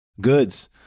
goods